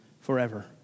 forever